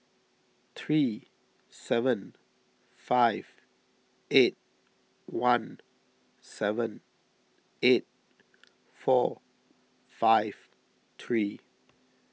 three seven five eight one seven eight four five three